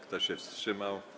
Kto się wstrzymał?